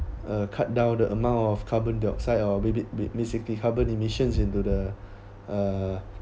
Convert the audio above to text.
uh cut down the amount of carbon dioxide or ba~ ba~ basically carbon emissions into the uh